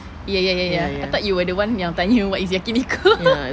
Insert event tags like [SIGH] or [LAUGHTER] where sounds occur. ya ya ya ya ya I thought you were the one yang tanya what is yakiniku [LAUGHS]